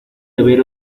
haber